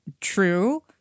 true